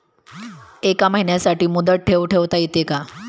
एका महिन्यासाठी मुदत ठेव ठेवता येते का?